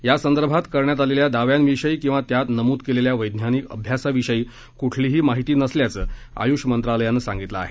यासंदर्भात करण्यात आलेल्या दाव्यांविषयी किंवा त्यात नमूद केलेल्या वैज्ञानिक अभ्यासाविषयी क्ठलीही माहिती नसल्याचं आय्ष मंत्रालयानं सांगितलं आहे